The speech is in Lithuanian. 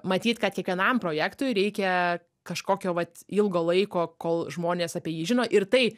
matyt kad kiekvienam projektui reikia kažkokio vat ilgo laiko kol žmonės apie jį žino ir tai